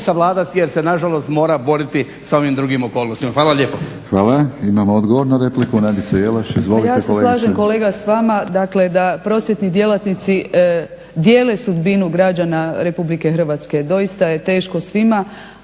savladati jer se na žalost mora boriti sa ovim drugim okolnostima. Hvala lijepo. **Batinić, Milorad (HNS)** Hvala. Imamo odgovor na repliku Nadica Jelaš. Izvolite kolegice. **Jelaš, Nadica (SDP)** Ja se slažem kolega s vama, dakle da prosvjetni djelatnici dijele sudbinu građana Republike Hrvatske, doista je teško svima,